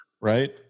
right